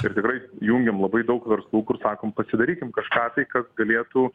ir tikrai jungiam labai daug verslų kur sakom pasidarykim kažką tai kas galėtų